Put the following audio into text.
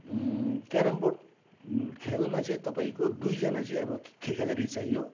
carrom board खेल्नुमा चाहिँ तपाईँको दुईजना चाहिँ अब खेलाडी चाहियो